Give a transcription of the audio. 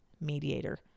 mediator